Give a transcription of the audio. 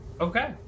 Okay